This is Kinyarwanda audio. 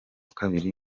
kabiri